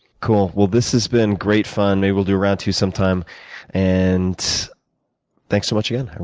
cool. well, this has been great fun. maybe we'll do round two sometime and thanks so much, again.